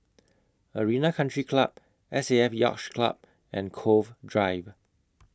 Arena Country Club S A F Yacht Club and Cove Drive